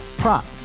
prop